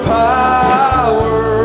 power